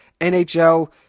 NHL